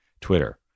Twitter